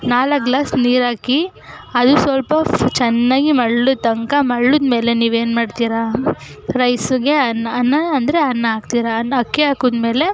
ನಾಲ್ಕು ಗ್ಲಾಸ್ ನೀರಾಕಿ ಅದು ಸ್ವಲ್ಪ ಚೆನ್ನಾಗಿ ಮಳ್ಳೋ ತನಕ ಮಳ್ಳಿದ್ಮೇಲೆ ನೀವೇನು ಮಾಡ್ತೀರಾ ರೈಸಿಗೆ ಅನ್ನ ಅನ್ನ ಅಂದರೆ ಅನ್ನ ಹಾಕ್ತೀರಾ ಅನ್ನ ಅಕ್ಕಿ ಹಾಕಿದ್ಮೇಲೆ